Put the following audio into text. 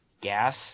gas